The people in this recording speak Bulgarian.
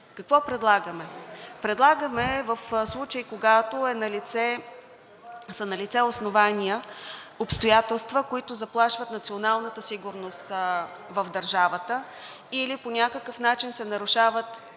Какво предлагаме? Предлагаме в случаи, когато са налице основания, обстоятелства, които заплашват националната сигурност в държавата или по някакъв начин се нарушават